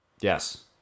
yes